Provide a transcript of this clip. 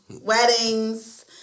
weddings